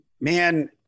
man